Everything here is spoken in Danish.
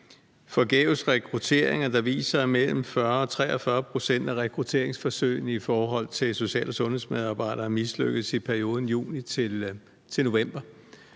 forgæves rekrutteringer; at mellem 40 og 43 pct. af rekrutteringsforsøgene i forhold til social- og sundhedsmedarbejdere mislykkedes i perioden fra juni til november.